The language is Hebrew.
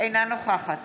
אינה נוכחת